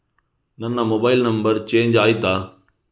ನನ್ನ mobile number change ಆಯ್ತಾ?